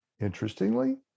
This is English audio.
interestingly